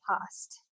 past